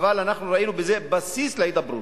אבל אנחנו ראינו בזה בסיס להידברות.